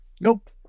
nope